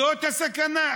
זאת הסכנה.